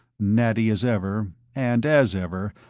natty as ever, and, as ever,